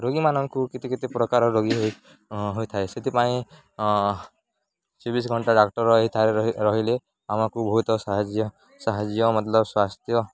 ରୋଗୀମାନଙ୍କୁ କେତେ କେତେ ପ୍ରକାର ରୋଗୀ ହୋଇ ହୋଇଥାଏ ସେଥିପାଇଁ ଚବିଶ ଘଣ୍ଟା ଡାକ୍ତର ରହି ରହିଲେ ଆମକୁ ବହୁତ ସାହାଯ୍ୟ ସାହାଯ୍ୟ ମତଲବ ସ୍ୱାସ୍ଥ୍ୟ